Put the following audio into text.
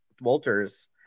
Walters